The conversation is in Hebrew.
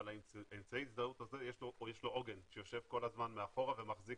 אבל לאמצעי הזדהות זה יש לו עוגן שיושב כל הזמן מאחורה ומחזיק